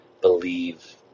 believe